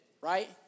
right